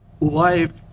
Life